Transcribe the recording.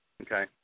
Okay